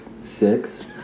six